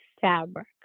fabric